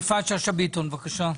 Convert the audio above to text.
יפעת שאשא ביטון, בבקשה.